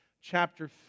chapter